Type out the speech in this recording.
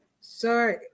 sorry